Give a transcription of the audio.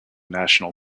national